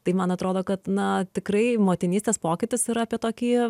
tai man atrodo kad na tikrai motinystės pokytis yra apie tokį